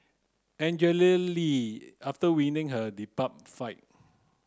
Angela Lee after winning her debut fight